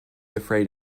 afraid